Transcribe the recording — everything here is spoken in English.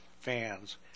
fans